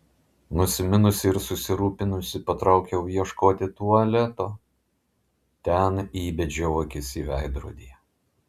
nusiminusi ir susirūpinusi patraukiau ieškoti tualeto ten įbedžiau akis į veidrodį